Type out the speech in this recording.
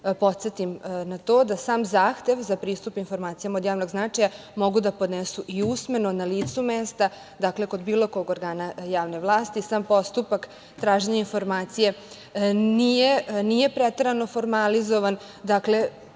podsetim na to da sam zahtev za pristup informacijama od javnog značaja mogu da podnesu i usmeno, na licu mesta, kod bilo kog organa javne vlasti. Sam postupak traženja informacije nije preterano formalizovan. Dakle,